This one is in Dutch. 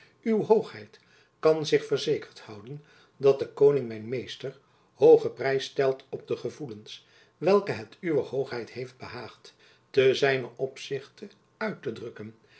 uwe hoogheid kan zich verzekerd houden dat de koning mijn meester hoogen prijs stelt op de gevoelens welke het uwer hoogheid heeft behaagd ten zijnen opzichte uit te drukken